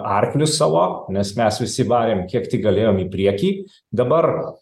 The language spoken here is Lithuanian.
arklius savo nes mes visi varėm kiek tik galėjom į priekį dabar